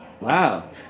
Wow